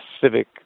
civic